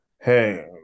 hey